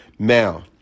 Now